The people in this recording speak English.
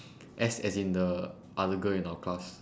S as in the other girl in our class